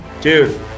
dude